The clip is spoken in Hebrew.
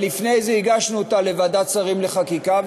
אבל לפני זה הגשנו אותה לוועדת שרים לחקיקה,